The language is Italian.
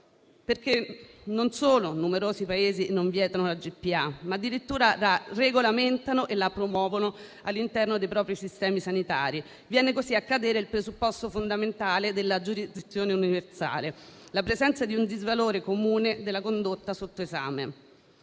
Europa. Non solo numerosi i Paesi non vietano la GPA, ma addirittura la regolamentano e promuovono all'interno dei propri sistemi sanitari. Viene così a cadere il presupposto fondamentale della giurisdizione universale, la presenza di un disvalore comune della condotta sotto esame.